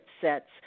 sets